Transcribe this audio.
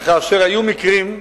וכאשר היו מקרים,